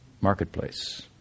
marketplace